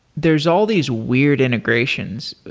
there's all these weird integrations,